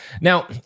Now